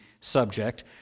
subject